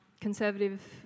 conservative